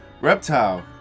Reptile